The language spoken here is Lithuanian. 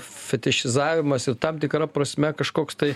fetišizavimas ir tam tikra prasme kažkoks tai